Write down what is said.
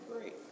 great